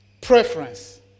Preference